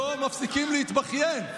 לא מפסיקים להתבכיין.